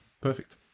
perfect